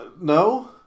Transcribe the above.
no